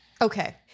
okay